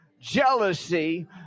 Jealousy